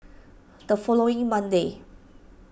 the following Monday